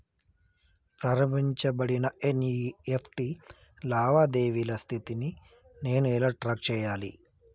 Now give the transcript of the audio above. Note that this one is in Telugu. ప్రారంభించబడిన ఎన్.ఇ.ఎఫ్.టి లావాదేవీల స్థితిని నేను ఎలా ట్రాక్ చేయాలి?